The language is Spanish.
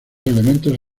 elementos